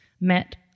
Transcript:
met